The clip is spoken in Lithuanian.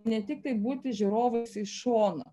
ne tiktai būti žiūrovais iš šono